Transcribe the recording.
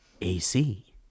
AC